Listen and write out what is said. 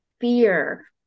fear